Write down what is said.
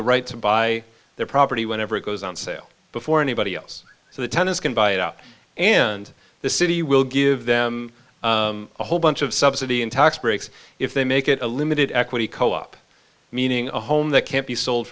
the right to buy their property whenever it goes on sale before anybody else so the tennis can buy it out and the city will give them a whole bunch of subsidy in tax breaks if they make it a limited equity co op meaning a home that can't be sold